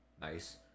nice